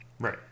right